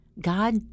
God